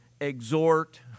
exhort